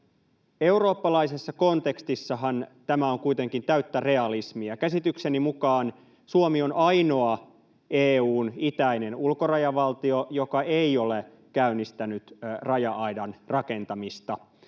Eurooppalaisessa kontekstissahan tämä on kuitenkin täyttä realismia. Käsitykseni mukaan Suomi on ainoa EU:n itäinen ulkorajavaltio, joka ei ole käynnistänyt raja-aidan rakentamista.